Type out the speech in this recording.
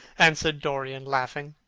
answered dorian, laughing.